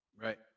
Right